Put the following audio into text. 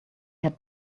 had